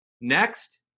Next